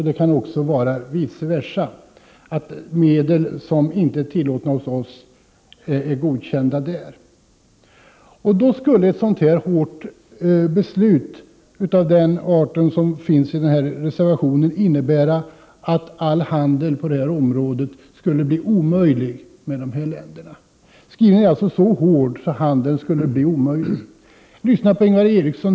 Det kan också vara vice versa, dvs. att medel som inte är tillåtna hos oss är tillåtna i andra länder. Ett förbud av den art som föreslås i reservation 3 skulle innebära att all handel på detta område skulle bli omöjlig med de länder som har andra regler. Skrivningen är alltså så hård att handeln skulle bli omöjlig. Jag lyssnade på Ingvar Eriksson.